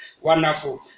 wonderful